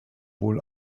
wohl